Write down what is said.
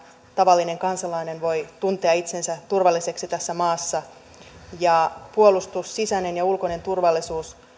tavallinen kansalainen voi tuntea itsensä turvalliseksi tässä maassa erityisesti puolustus sisäinen ja ulkoinen turvallisuus